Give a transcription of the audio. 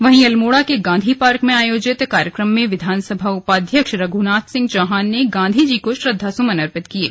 वहीं अल्मोड़ा के गांधी पार्क में आयोजित कार्यक्रम में विधानसभा उपाध्यक्ष रघुनाथ सिंह चौहान ने गांधीजी को श्रद्धासुमन अर्पित किये